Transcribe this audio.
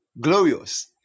Glorious